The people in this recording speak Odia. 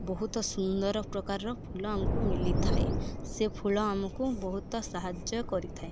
ବହୁତ ସୁନ୍ଦର ପ୍ରକାରର ଫୁଲ ଆମକୁ ମିଲିଥାଏ ସେ ଫୁଲ ଆମକୁ ବହୁତ ସାହାଯ୍ୟ କରିଥାଏ